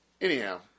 Anyhow